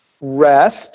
rest